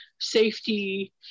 safety